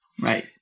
Right